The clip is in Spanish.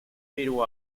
pero